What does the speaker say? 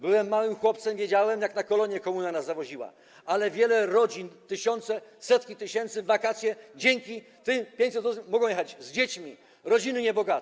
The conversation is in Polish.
Byłem małym chłopcem, wiedziałem, że na kolonie komuna nas zawoziła, ale wiele rodzin, tysiące, setki tysięcy rodzin w wakacje dzięki tym 500+ mogą jechać z dziećmi, rodzin niebogatych.